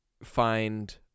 find